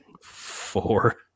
Four